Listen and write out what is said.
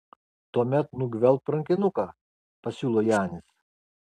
tuomet nugvelbk rankinuką pasiūlo janis